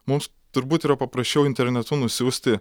mums turbūt yra paprasčiau internetu nusiųsti